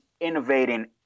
innovating